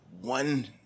one